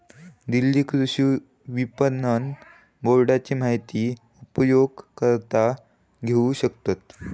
दिल्ली कृषि विपणन बोर्डाची माहिती उपयोगकर्ता घेऊ शकतत